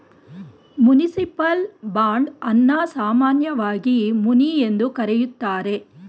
municipal bond ಅನ್ನ ಸಾಮಾನ್ಯವಾಗಿ ಮುನಿ ಎಂದು ಕರೆಯುತ್ತಾರೆ